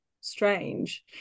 strange